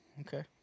Okay